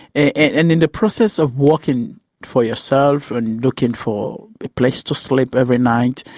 and and in the process of working for yourself and looking for a place to sleep every night,